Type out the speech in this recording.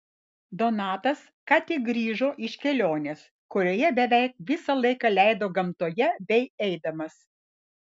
donatas ką tik grįžo iš kelionės kurioje beveik visą laiką leido gamtoje bei eidamas